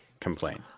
complain